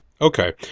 Okay